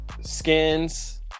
Skins